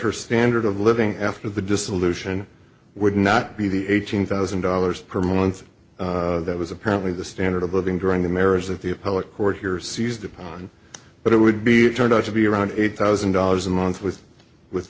her standard of living after the dissolution would not be the eighteen thousand dollars per month that was apparently the standard of living during the marriage that the appellate court here seized upon but it would be turned out to be around eight thousand dollars a month with with